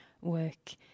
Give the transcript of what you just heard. work